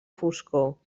foscor